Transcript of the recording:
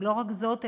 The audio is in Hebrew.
ולא רק זאת,